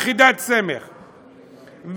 יחידת סמך,